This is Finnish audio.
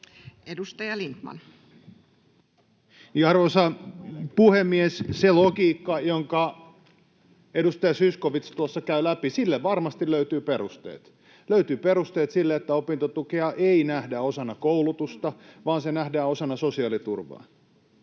10:47 Content: Arvoisa puhemies! Sille logiikalle, jonka edustaja Zyskowicz tuossa käy läpi, varmasti löytyy perusteet — löytyy perusteet sille, että opintotukea ei nähdä osana koulutusta vaan se nähdään osana sosiaaliturvaa.